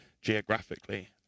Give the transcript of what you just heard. geographically